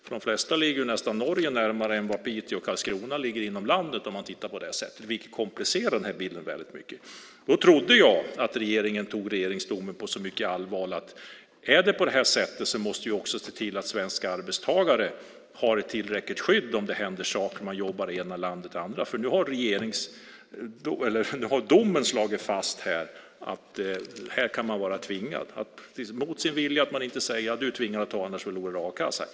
För de flesta människor ligger Norge närmare än Piteå och Karlskrona inom landet, om man tittar på det sättet, vilket komplicerar den här bilden väldigt mycket. Jag trodde att regeringen tog regeringsrättsdomen på så mycket allvar att man tänkte: Är det på det här sättet måste vi också se till att svenska arbetstagare har ett tillräckligt skydd om det händer saker när de jobbar i det ena landet och bor i det andra. Nu har domen slagit fast att man kan vara tvingad mot sin vilja. Man säger: Du är tvingad att ta jobbet i ett annat land. Annars förlorar du a-kassa.